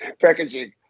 packaging